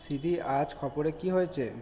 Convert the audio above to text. সিরি আজ খবরে কী হয়েছে